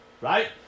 Right